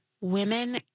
women